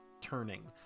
turning